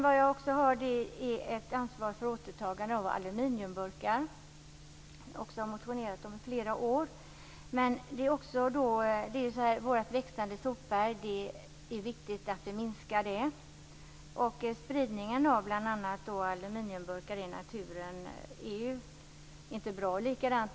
Det jag också har intresse av är ett ansvar för återtagande av aluminiumburkar. Det har jag också motionerat om i flera år. Det är viktigt att vi minskar vårt växande sopberg. Spridningen av aluminiumburkar i naturen är inte bra.